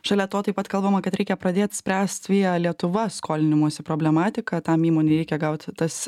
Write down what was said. šalia to taip pat kalbama kad reikia pradėt spręst via lietuva skolinimosi problematiką tam įmonei reikia gaut tas